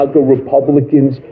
Republicans